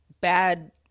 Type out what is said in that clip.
bad